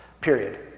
period